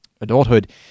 adulthood